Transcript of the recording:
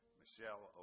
michelle